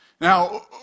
Now